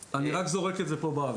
אני רק זורק את זה פה באוויר.